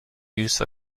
use